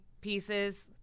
pieces